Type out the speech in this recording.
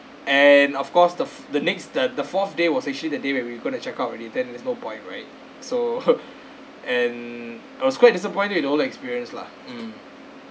and of course the f~ the next the the fourth day was actually the day when we going to check out already then there's no point right so and I was quite disappointed in all the experience lah mm